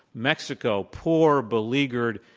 mexico, poor, beleaguered,